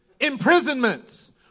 imprisonments